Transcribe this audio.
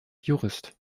jurist